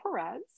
Perez